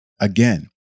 Again